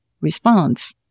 response